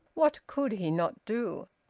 what could he not do?